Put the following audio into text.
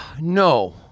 no